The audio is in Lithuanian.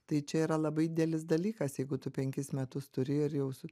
tai čia yra labai didelis dalykas jeigu tu penkis metus turi ir jau su